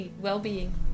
well-being